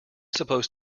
supposed